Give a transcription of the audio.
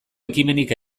ekimenik